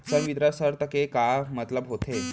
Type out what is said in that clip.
संवितरण शर्त के का मतलब होथे?